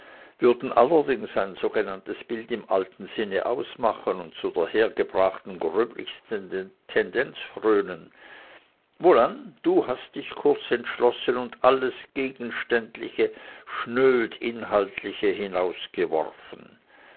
würden allerdings ein sogenanntes bild im alten sinne ausmachen und so der hergebrachten gröblichsten tendenz frönen wohlan du hast dich kurz entschlossen und alles gegenständliche schnöd inhaltliche